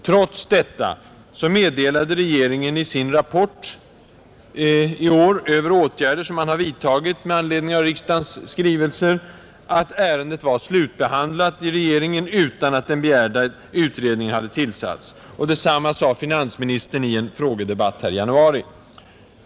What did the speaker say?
Trots detta meddelade regeringen i sin rapport i år över åtgärder, som man har vidtagit med anledning av riksdagens skrivelser, att ärendet var slutbehandlat i regeringen utan att den begärda utredningen hade tillsatts. Detsamma sade finansministern i en frågedebatt här i januari.